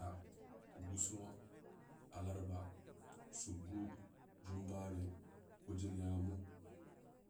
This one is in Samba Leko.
guso alarba suggu jumbare kojoli nyamu